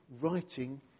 writing